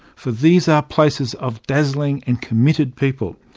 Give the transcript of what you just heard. for these are places of dazzling and committed people,